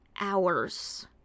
hours